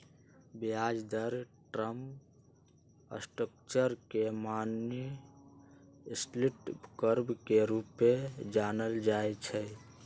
ब्याज दर के टर्म स्ट्रक्चर के समान्य यील्ड कर्व के रूपे जानल जाइ छै